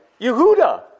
Yehuda